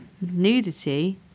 nudity